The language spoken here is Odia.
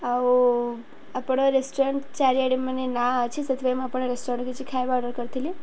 ଆଉ ଆପଣ ରେଷ୍ଟୁରାଣ୍ଟ ଚାରିଆଡ଼େ ମାନେ ନାଁ ଅଛି ସେଥିପାଇଁ ମୁଁ ଆପଣଙ୍କ ରେଷ୍ଟୁରାଣ୍ଟରୁ କିଛି ଖାଇବା ଅର୍ଡ଼ର କରିଥିଲି